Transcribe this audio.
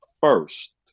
first